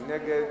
מי נגד?